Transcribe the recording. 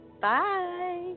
Bye